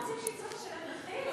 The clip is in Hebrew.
אנחנו רוצים שהיא תצטרך לשלם מחיר?